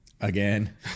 Again